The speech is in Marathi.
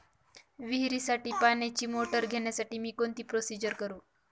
विहिरीसाठी पाण्याची मोटर घेण्यासाठी मी कोणती प्रोसिजर करु?